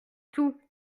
tout